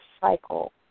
cycle